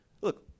Look